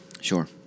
Sure